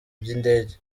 by’indege